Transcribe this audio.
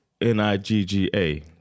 N-I-G-G-A